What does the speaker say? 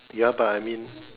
ya but I mean